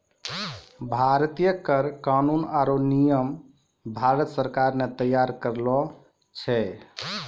भारतीय कर कानून आरो नियम भारत सरकार ने तैयार करलो छै